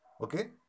Okay